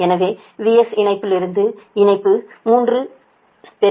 எனவே VS இணைப்புலிருந்து இணைப்பு 3120